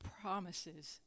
promises